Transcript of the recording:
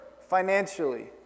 financially